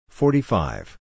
forty-five